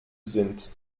sind